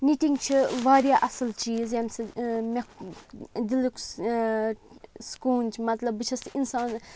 knitting چھِ واریاہ اَصٕل چیٖز ییٚمہِ سٍتۍ مےٚ دِلُک سکوٗن چھُ مَطلَب بہٕ چھَس اِنسان